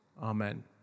amen